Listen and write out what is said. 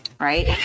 right